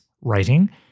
writing